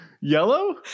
Yellow